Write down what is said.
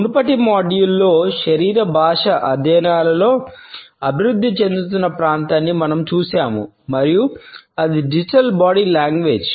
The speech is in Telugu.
మునుపటి మాడ్యూల్లో శరీర భాష అధ్యయనాలలో అభివృద్ధి చెందుతున్న ప్రాంతాన్ని మనం చూశాము మరియు అది డిజిటల్ బాడీ లాంగ్వేజ్